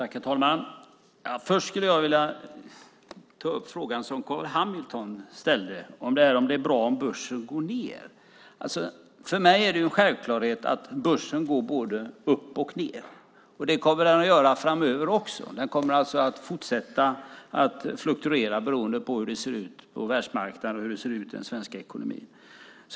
Herr talman! Först ska jag ta upp den fråga som Carl B Hamilton ställde, om det är bra om börsen går ned. För mig är det en självklarhet att börsen går både upp och ned, och det kommer den att göra framöver också. Den kommer alltså att fortsätta att fluktuera beroende på hur det ser ut på världsmarknaden och hur det ser ut i den svenska ekonomin.